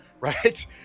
right